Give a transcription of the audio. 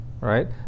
right